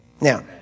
Now